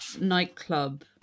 nightclub